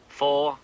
four